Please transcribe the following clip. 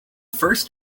first